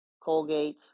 Colgate